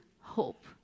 hope